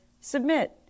submit